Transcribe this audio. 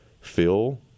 Phil